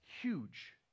huge